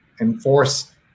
enforce